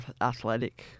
athletic